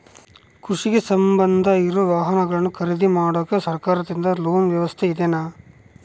ಕೃಷಿಗೆ ಸಂಬಂಧ ಇರೊ ವಾಹನಗಳನ್ನು ಖರೇದಿ ಮಾಡಾಕ ಸರಕಾರದಿಂದ ಲೋನ್ ವ್ಯವಸ್ಥೆ ಇದೆನಾ?